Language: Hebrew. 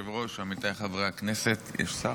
אדוני היושב-ראש, עמיתיי חברי הכנסת, יש שר?